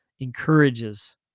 encourages